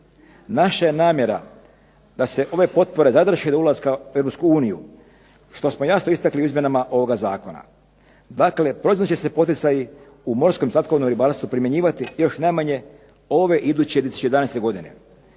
Naša je namjera da se ove potpore završe do ulaska u EU što smo jasno istakli u izmjenama ovoga zakona. Dakle, proizvodni će se poticaji u morskom i slatkovodnom ribarstvu primjenjivati još najmanje ove i iduće 2011. godine.